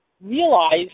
realize